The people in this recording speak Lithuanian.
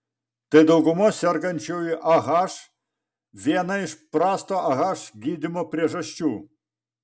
tai daugumos sergančiųjų ah viena iš prasto ah gydymo priežasčių